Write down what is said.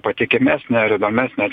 patikimesnė ar įdomesnė